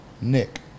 Nick